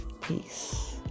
Peace